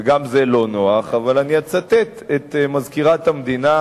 וגם זה לא נוח, אבל אני אצטט את מזכירת המדינה,